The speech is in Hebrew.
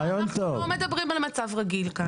כאן אנחנו לא מדברים על מצב רגיל.